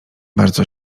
bardzo